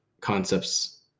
concepts